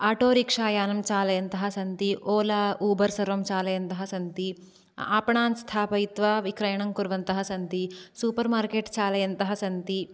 आटोरिक्षायानं चालयन्तः सन्ति ओला ऊबर् सर्वं चालयन्तः सन्ति आपणान् स्थापयित्वा विक्रयणं कुर्वन्तः सन्ति सूपर् मार्केट् चालयन्तः सन्ति